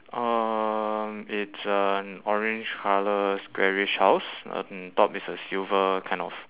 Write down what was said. um it's an orange colour squarish house on top is a silver kind of